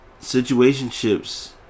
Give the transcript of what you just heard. situationships